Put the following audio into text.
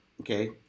okay